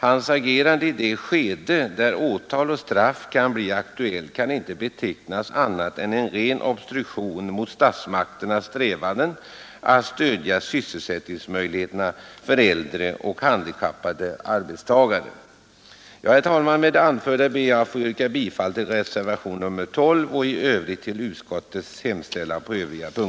Hans agerande i det skede där åtal och straff kan bli aktuella kan inte betecknas som annat än en ren obstruktion mot statsmakternas strävanden att stödja sysselsättningsmöjligheterna för äldre och handikappade arbetstagare. Herr talman! Med det anförda ber jag att få yrka bifall till reservationen 12, som avser punkten 19, och på övriga punkter till utskottets hemställan.